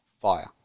fire